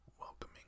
welcoming